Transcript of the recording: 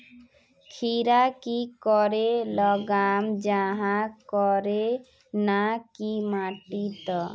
खीरा की करे लगाम जाहाँ करे ना की माटी त?